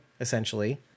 essentially